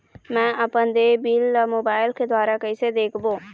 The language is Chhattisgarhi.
मैं अपन देय बिल ला मोबाइल के द्वारा कइसे देखबों?